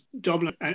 Dublin